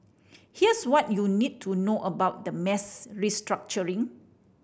here's what you need to know about the mass restructuring